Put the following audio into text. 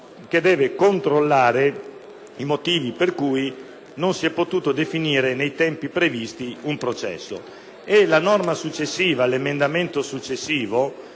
Grazie,